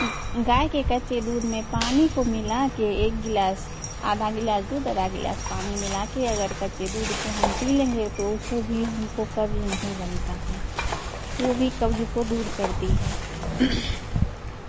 गाय के कच्चे दूध में पानी को मिला के एक गिलास आधा गिलास दूध आधा गिलास पानी मिला के अगर कच्चे दूध को हम पी लेंगे तो उससे भी हमको कब्ज़ नहीं बनता है वो भी कब्ज़ को दूर करती है